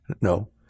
No